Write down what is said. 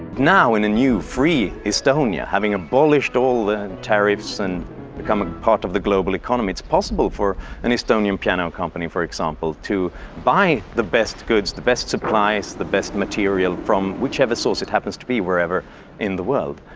now in a new, free estonia, having abolished all the tariffs and become a part of the global economy, it's possible for an estonian piano company, for example, to buy the best goods, the best supplies, the best material from whichever source it happens to be wherever in the world.